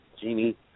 Jeannie